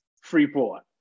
Freeport